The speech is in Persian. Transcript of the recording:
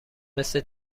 مثل